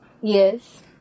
yes